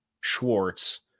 Schwartz